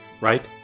right